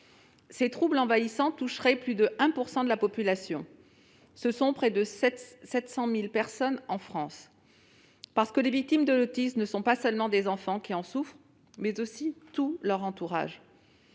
Ces troubles envahissants toucheraient plus de 1 % de la population, soit près de 700 000 personnes en France. Les victimes de l'autisme, ce ne sont pas seulement les enfants qui en souffrent, c'est aussi tout leur entourage